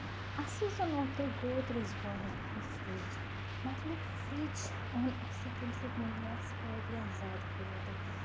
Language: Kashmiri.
اَسہِ حظ اوٚن اوترٕ گودریج والین ہنٛز فرج مطلب فرج اوٚن اَسہِ تَمہِ سۭتۍ مِلے اَسہِ واریاہ زیادٕ فٲیدٕ